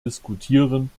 diskutieren